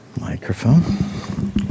Microphone